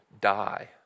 die